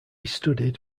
studied